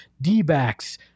D-backs